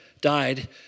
died